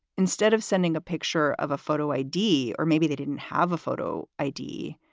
instead of sending a picture of a photo i d, or maybe they didn't. have a photo i d,